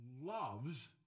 loves